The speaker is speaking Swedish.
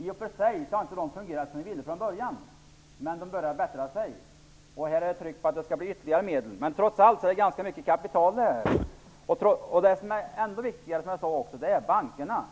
I och för sig har riskkapitalbolagen inte fungerat som vi ville från början, men de börjar bättra sig. Man trycker på att det behövs ytterligare medel. Det är trots allt fråga om ganska mycket kapital. Det som är ännu viktigare är att bankerna